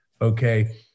okay